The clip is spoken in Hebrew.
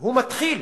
הוא מתחיל